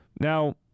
Now